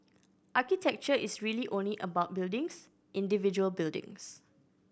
architecture is really only about buildings individual buildings